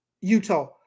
Utah